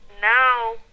now